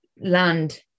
land